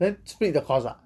then split the cost ah